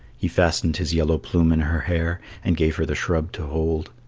he fastened his yellow plume in her hair, and gave her the shrub to hold.